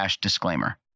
disclaimer